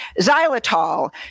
xylitol